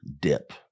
dip